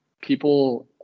People